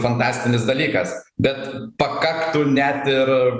fantastinis dalykas bet pakaktų net ir